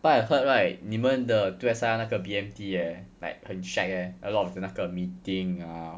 but I heard right 你们的 two S_I_R 那个 B_M_T 也 like 很 shag eh a lot of 那个 meeting ah